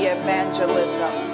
evangelism